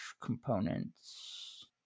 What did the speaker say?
components